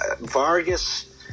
Vargas